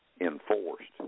enforced